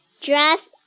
dress